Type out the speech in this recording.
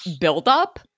buildup